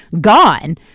gone